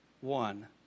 one